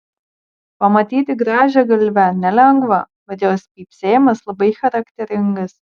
pamatyti grąžiagalvę nelengva bet jos pypsėjimas labai charakteringas